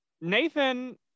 Nathan